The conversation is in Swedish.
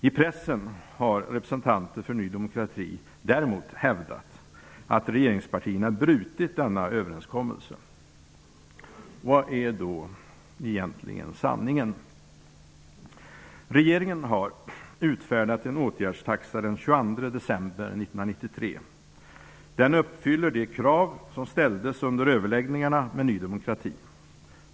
I pressen har representanter för Ny demokrati hävdat att regeringspartierna brutit denna överenskommelse. Vad är egentligen sanningen? Regeringen har den 22 december 1993 utfärdat en åtgärdstaxa. Den uppfyller de krav som ställdes under överläggningarna med Ny demokrati.